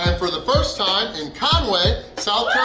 um for the first time, in conway, south